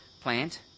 plant